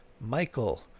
Michael